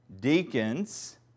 deacons